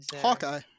hawkeye